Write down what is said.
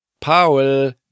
Paul